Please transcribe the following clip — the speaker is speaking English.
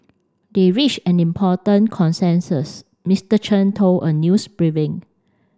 they reached an important consensus Mister Chen told a news briefing